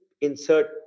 insert